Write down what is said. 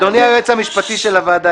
אדוני היועץ המשפטי של הוועדה,